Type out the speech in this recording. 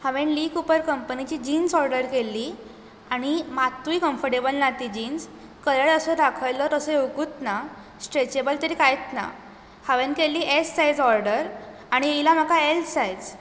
हांवें Lee Cooper कंपनीची jeans order केल्ली आनी मातूय कम्फर्टेबल ना ती जिन्स कलर असो दाखयल्लो तसो येवंकूच ना स्ट्रेचेबल तरी कांयच ना हांवें केल्ली एस सायज ऑर्डर आनी येला म्हाका एल सायज